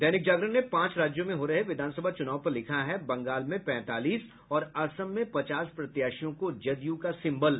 दैनिक जागरण ने पांच राज्यों में हो रहे विधानसभा चुनाव पर लिखा है बंगाल में पैंतालीस और असम में पचास प्रत्याशियों को जदयू का सिम्बल